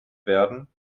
werden